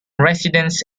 residence